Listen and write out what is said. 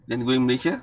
then going malaysia